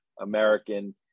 American